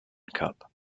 cup